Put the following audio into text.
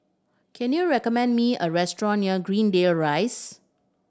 can you recommend me a restaurant near Greendale Rise